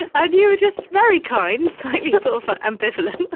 and ah you were just very kind. slightly sort of ah ambivalent.